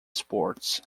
sports